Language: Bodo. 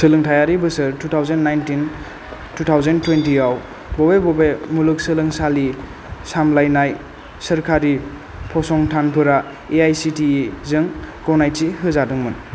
सोलोंथायारि बोसोर two thousand nineteen two thousand twenty याव बबे बबे मुलुगसोलोंसालि सामलायनाय सोरखारि फसंथानफोरा एआईसिटिइजों गनायथि होजादोंमोन